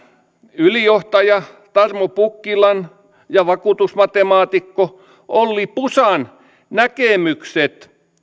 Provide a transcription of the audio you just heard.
ylijohtaja tarmo pukkilan ja vakuutusmatemaatikko olli pusan näkemykset